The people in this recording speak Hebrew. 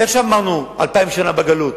איך שמרנו 2,000 שנה בגלות?